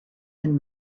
and